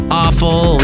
awful